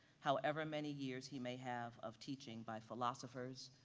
however many years he may have of teaching by philosophers,